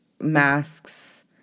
masks